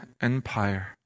Empire